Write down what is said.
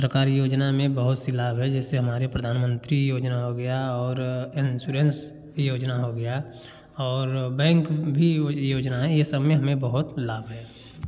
सरकारी योजना में बहुत से लाभ हैं जैसे हमारे प्रधानमंत्री योजना हो गया और इंश्योरेंस योजना हो गया और बैंक भी योजना है यह सब में हमें बहुत लाभ है